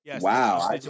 Wow